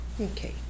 Okay